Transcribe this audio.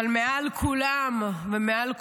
אבל מעל כולם ומעל כולנו,